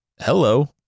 hello